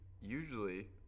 usually